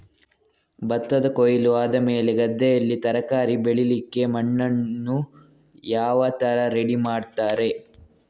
ಭತ್ತದ ಕೊಯ್ಲು ಆದಮೇಲೆ ಗದ್ದೆಯಲ್ಲಿ ತರಕಾರಿ ಬೆಳಿಲಿಕ್ಕೆ ಮಣ್ಣನ್ನು ಯಾವ ತರ ರೆಡಿ ಮಾಡ್ತಾರೆ?